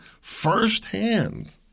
firsthand